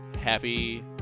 Happy